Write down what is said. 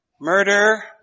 murder